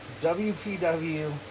WPW